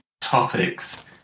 topics